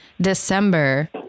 December